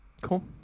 cool